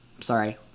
Sorry